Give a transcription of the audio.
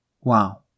Wow